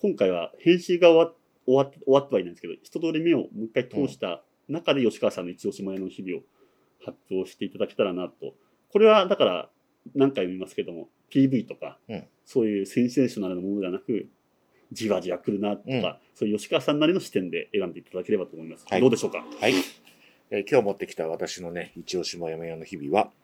今回は編集が終わっ- 終わっ- 終わってはいないんですけど、一通り目をもう一回通した中で、うん。吉川さんの一押しもやの日々を発表していただけたらなと。これはだから何回も言いますけども、PVとか、うん。そういうセンセーショナルなものではなく、じわじわ来るなとか、うん。そういう吉川さんなりの視点で選んでいただければと思います。はい。どうでしょうか？はい、はい。えー、今日持ってきた私のね、一押しもやもやの日々は、